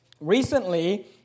recently